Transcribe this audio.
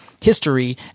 history